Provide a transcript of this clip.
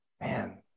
man